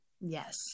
Yes